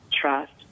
trust